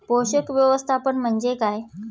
पोषक व्यवस्थापन म्हणजे काय?